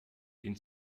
den